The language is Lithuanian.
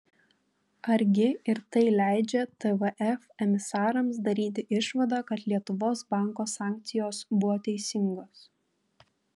argi ir tai leidžia tvf emisarams daryti išvadą kad lietuvos banko sankcijos buvo teisingos